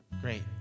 Great